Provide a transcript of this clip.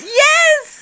Yes